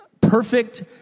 perfect